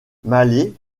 mallet